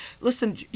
Listen